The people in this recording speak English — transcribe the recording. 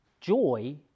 joy